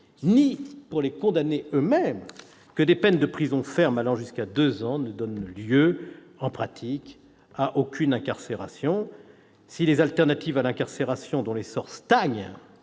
ni pour les condamnés eux-mêmes que des peines de prison ferme allant jusqu'à deux ans ne donnent lieu, en pratique, à aucune incarcération. Si les alternatives à l'emprisonnement, dont l'essor stagne